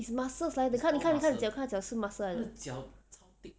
his muscles ah 你看你看看他的脚看他的脚是 muscles 来的